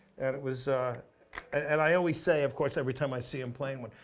and it was and i always say, of course every time i see him playing one,